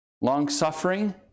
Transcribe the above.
Long-suffering